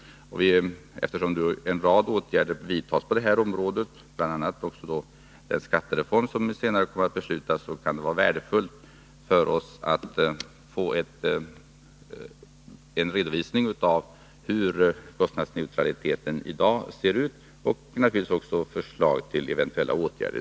Eftersom en rad åtgärder skall vidtas på detta område, bl.a. den skattereform som senare kommer att beslutas, kan det vara värdefullt för oss att få en redovisning av hur kostnadsneutraliteten i dag ser ut och naturligtvis också förslag till eventuella åtgärder.